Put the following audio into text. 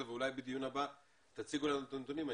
ואולי בדיון הבא תציגו לנו את הנתונים.